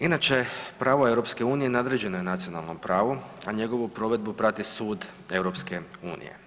Inače pravo EU nadređeno je nacionalnom pravu, a njegovu provedbu prati sud EU.